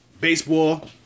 baseball